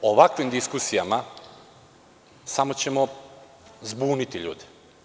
Ovakvim diskusijama samo ćemo zbuniti ljude.